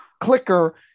clicker